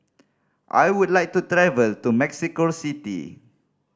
I would like to travel to Mexico City